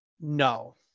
No